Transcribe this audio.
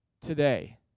today